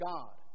God